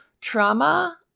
trauma